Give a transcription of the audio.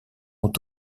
ont